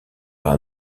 par